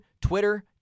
Twitter